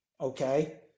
Okay